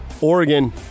Oregon